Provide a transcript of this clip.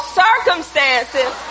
circumstances